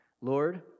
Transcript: Lord